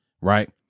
Right